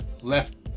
left